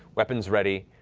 weapons ready,